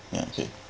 yeah okay